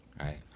right